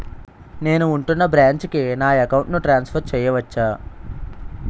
నేను ఉంటున్న బ్రాంచికి నా అకౌంట్ ను ట్రాన్సఫర్ చేయవచ్చా?